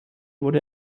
wurde